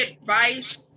advice